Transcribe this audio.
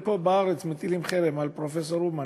הנה פה בארץ מטילים חרם על פרופסור אומן,